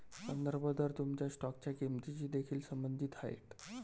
संदर्भ दर तुमच्या स्टॉकच्या किंमतीशी देखील संबंधित आहे